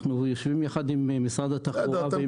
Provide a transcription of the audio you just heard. אנחנו יושבים יחד עם משרד התחבורה ועם גורמי סיכון.